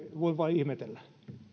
voin vain ihmetellä